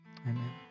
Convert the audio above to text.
Amen